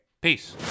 Peace